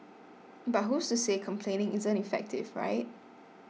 but who's to say complaining isn't effective right